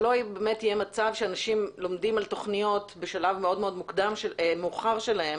שלא יהיה מצב שאנשים לומדים על תוכניות בשלב מאוד מאוד מאוחר שלהם,